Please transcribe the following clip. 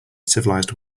civilized